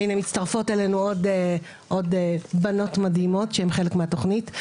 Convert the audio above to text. והנה מצטרפות אלינו עוד בנות מדהימות שהן חלק מהתוכנית.